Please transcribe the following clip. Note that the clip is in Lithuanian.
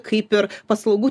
kaip ir paslaugų